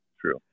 true